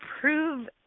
prove